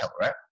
right